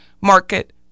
Market